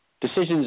Decisions